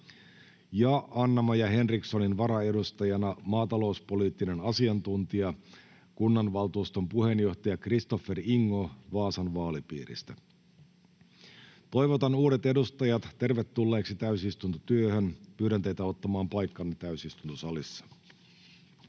ja Anna-Maja Henrikssonin varaedustajana maatalouspoliittinen asiantuntija, kunnanvaltuuston puheenjohtaja Christoffer Ingo Vaasan vaalipiiristä. Toivotan uudet edustajat tervetulleiksi täysistuntotyöhön. Pyydän teitä ottamaan paikkanne täysistuntosalissa.